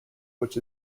which